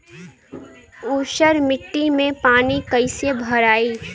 ऊसर मिट्टी में पानी कईसे भराई?